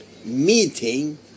meeting